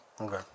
Okay